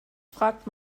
fragt